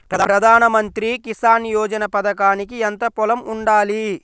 ప్రధాన మంత్రి కిసాన్ యోజన పథకానికి ఎంత పొలం ఉండాలి?